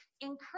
encourage